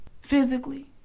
physically